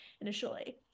initially